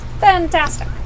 Fantastic